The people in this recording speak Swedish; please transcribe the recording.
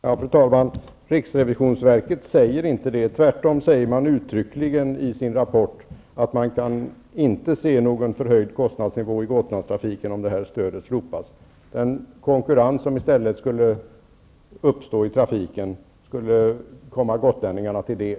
Fru talman! Riksrevisionsverket säger inte detta. Tvärtom framhåller det uttryckligen i sin rapport att man inte kan se någon förhöjning av kostnadsnivån i Gotlandstrafiken om detta stöd slopas. Den konkurrens som i stället skulle uppstå i trafiken skulle komma gotlänningarna till del.